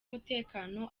umutekano